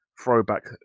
throwback